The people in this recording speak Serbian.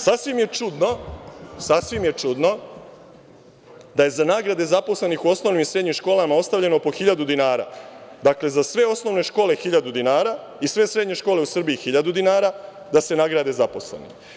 Sasvim je čudno da je za nagrade zaposlenih u osnovnim i srednjim školama ostavljeno po 1.000 dinara, dakle, za sve osnovne škole 1.000 dinara i sve srednje škole u Srbiji 1.000 dinara, da se nagrade zaposleni.